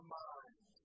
mind